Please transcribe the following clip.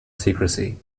secrecy